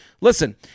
listen